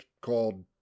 called